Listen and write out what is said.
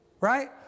Right